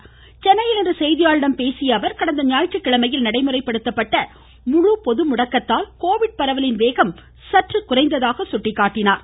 இன்று சென்னையில் செய்தியாளர்களிடம் பேசிய அவர் கடந்த ஞாயிற்றுக்கிழமையில் நடைமுறைப்படுத்தப்பட்ட முழு பொதுமுடக்கத்தால் கோவிட் பரவலின் வேகம் சற்று குறைந்ததாக சுட்டிக்காட்டினார்